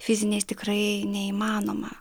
fiziniais tikrai neįmanoma